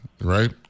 right